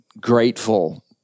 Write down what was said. grateful